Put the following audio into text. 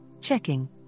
checking